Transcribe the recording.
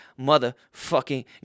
motherfucking